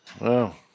Wow